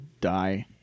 die